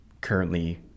currently